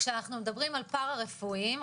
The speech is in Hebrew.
כשאנחנו מדברים על פרה רפואיים,